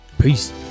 Peace